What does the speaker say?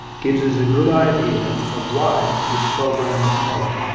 gives us a good idea of why this programme was made,